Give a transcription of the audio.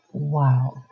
Wow